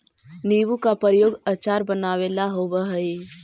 नींबू का प्रयोग अचार बनावे ला होवअ हई